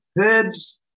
herbs